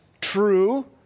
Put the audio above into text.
true